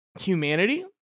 humanity